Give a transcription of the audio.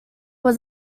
was